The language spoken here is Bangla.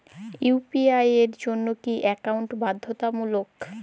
ইউ.পি.আই এর জন্য কি একাউন্ট বাধ্যতামূলক?